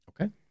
Okay